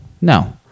no